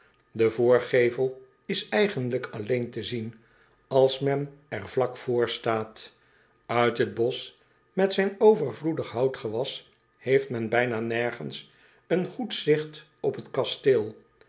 e voorzijde is eigenlijk alleen te zien als men er vlak vr staat it het bosch met zijn overvloedig houtgewas heeft men bijna nergens een goed gezigt op het kasteel